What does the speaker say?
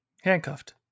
handcuffed